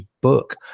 book